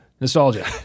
Nostalgia